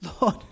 Lord